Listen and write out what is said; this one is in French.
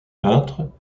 peintre